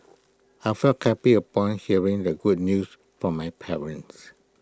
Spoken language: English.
I felt happy upon hearing the good news from my parents